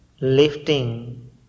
lifting